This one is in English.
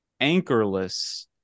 anchorless